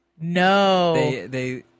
No